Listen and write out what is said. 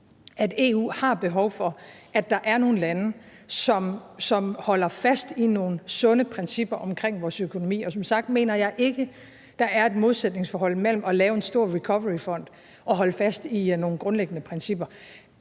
at EU har behov for, at der er nogle lande, som holder fast i nogle sunde principper for vores økonomi. Og som sagt mener jeg ikke, der er et modsætningsforhold mellem at lave en stor recoveryfond og at holde fast i nogle grundlæggende principper.